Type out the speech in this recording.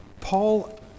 Paul